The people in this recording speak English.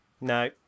no